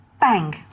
Bang